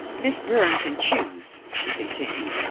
miss byrne can choose, she continued.